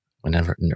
whenever